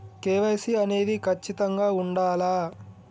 KYC అనేది ఖచ్చితంగా ఉండాలా?